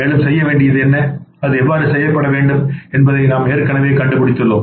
மேலும் செய்ய வேண்டியது என்ன அது எவ்வாறு செய்யப்பட வேண்டும் என்பதை நாம் ஏற்கனவே கண்டுபிடித்துள்ளோம்